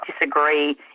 disagree